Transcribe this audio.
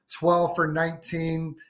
12-for-19